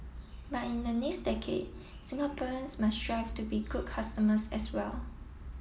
but in the next decade Singaporeans must strive to be good customers as well